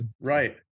Right